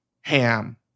ham